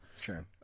Sure